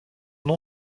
nom